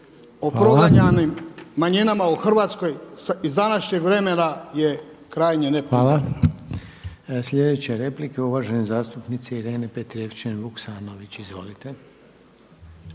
ne razumije./… manjinama u Hrvatskoj iz današnjeg vremena je krajnje neprimjereno.